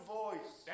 voice